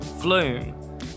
Flume